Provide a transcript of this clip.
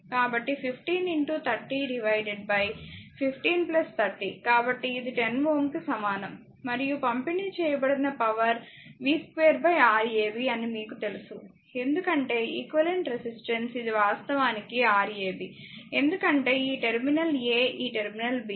కాబట్టి 15 30 15 30 కాబట్టి ఇది 10 Ω కు సమానం మరియు పంపిణీ చేయబడిన పవర్ v2 Rab అని మీకు తెలుసు ఎందుకంటే ఈక్వివలెంట్ రెసిస్టెన్స్ ఇది వాస్తవానికి Rab ఎందుకంటే ఈ టెర్మినల్ a ఈ టెర్మినల్ b